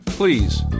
Please